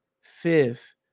Fifth